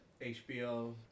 HBO